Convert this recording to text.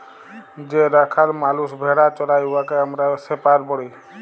যে রাখাল মালুস ভেড়া চরাই উয়াকে আমরা শেপাড় ব্যলি